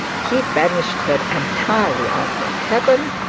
he banished her entirely out of heaven,